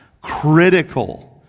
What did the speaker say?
Critical